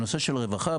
בנושא של רווחה,